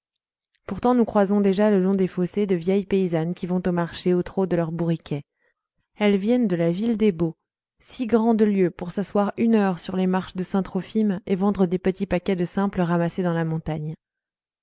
pourtant nous croisons déjà le long des fossés de vieilles paysannes qui vont au marché au trot de leurs bourriquets elles viennent de la ville des baux six grandes lieues pour s'asseoir une heure sur les marches de saint trophyme et vendre des petits paquets de simples ramassés dans la montagne